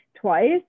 twice